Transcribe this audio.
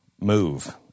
move